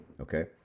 okay